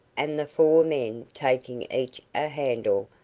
and the four men, taking each a handle,